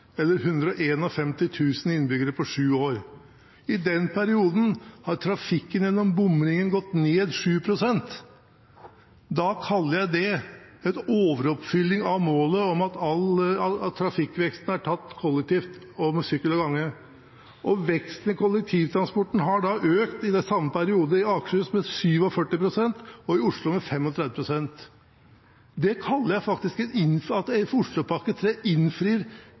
eller 151 000 innbyggere på sju år. I den perioden har trafikken gjennom bomringen gått ned 7 pst. Da kaller jeg det overoppfylling av målet om at all trafikkvekst skal tas gjennom kollektivtransport, sykkel og gange. Veksten i kollektivtransporten har i den samme perioden vært 47 pst. i Akershus og 35 pst i Oslo. Det kaller jeg faktisk at Oslopakke 3 innfrir hovedmålet i